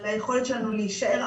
כי סטודנט יש לו שנה בין שהוא סיים את